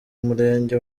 murenge